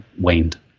waned